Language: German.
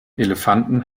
elefanten